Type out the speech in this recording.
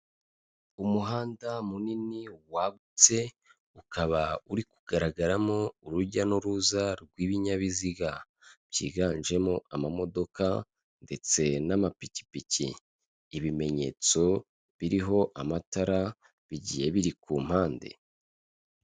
Umuhanda munini wagutse ukaba uri kugaragaramo urujya n'uruza rw'ibinyabiziga byiganjemo amamodoka ndetse n'amapikipiki, ibimenyetso biriho amatara bigiye biri ku mpande.